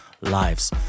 lives